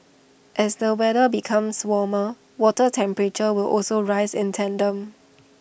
as the weather becomes warmer water temperatures will also rise in tandem